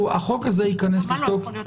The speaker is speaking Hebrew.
החוק הזה ייכנס לתוקף --- מה לא יכול להיות?